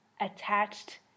attached